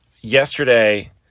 Yesterday